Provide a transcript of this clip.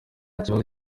ikibazo